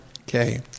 Okay